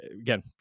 again